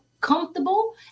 comfortable